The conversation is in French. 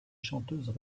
chanteuses